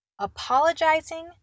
apologizing